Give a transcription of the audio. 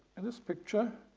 and this picture,